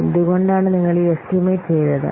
എന്തുകൊണ്ടാണ് നിങ്ങൾ ഈ എസ്റ്റിമേറ്റ് ചെയ്തത്